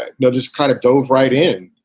ah know, just kind of drove right in,